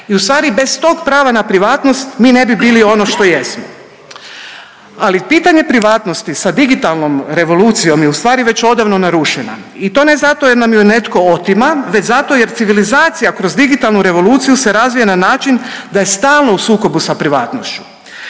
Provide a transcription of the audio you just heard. I u stvari bez tog prava na privatnost mi ne bi bili ono što jesmo. Ali pitanje privatnosti sa digitalnom revolucijom je u stvari već odavno narušena i to ne zato jer nam ju netko otima već zato jer civilizacija kroz digitalnu revoluciju se razvija na način da je stalno u sukobu sa privatnošću.